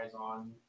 on